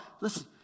Listen